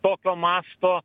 tokio masto